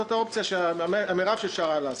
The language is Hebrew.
זה המרב שאפשר היה לעשות.